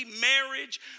marriage